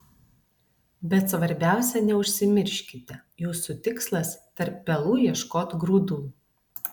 bet svarbiausia neužsimirškite jūsų tikslas tarp pelų ieškot grūdų